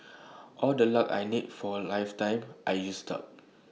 all the luck I need for A lifetime I used up